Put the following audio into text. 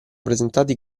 presentati